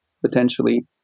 potentially